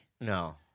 No